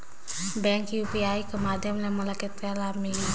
Bank UPI कर माध्यम ले मोला कतना लाभ मिली?